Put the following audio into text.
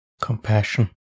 Compassion